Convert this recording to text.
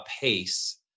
pace